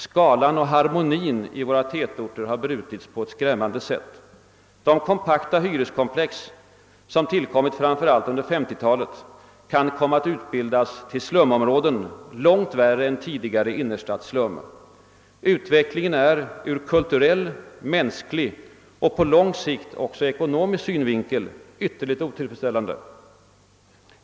Skalan och harmonin i våra tätorter har brutits på ett skrämmande sätt. De kompakta hyreskomplex som tillkommit framför allt under 1950 talet kan komma att utbildas till slumområden, långt värre än tidigare innerstadsslum. Utvecklingen är ur kulturell, mänsklig och på lång sikt också ekonomisk synvinkel ytterligt otillfredsställande.